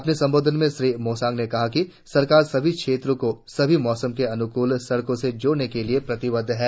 अपने संबोधन में श्री मोसांग ने कहा कि सरकार सभी क्षेत्रों को सभी मौसम के अनुकुल सड़कों से जोड़ने के लिए प्रतिबद्ध है